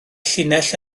llinell